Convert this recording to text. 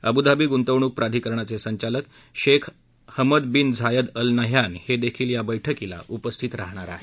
Abu Dhabi गुंतवणूक प्राधिकरणाचे संचालक Sheikh Hamad bin Zayed Al Nahyan हे देखील या बैठकीला उपस्थित राहणार आहेत